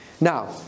Now